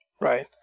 Right